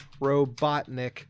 Robotnik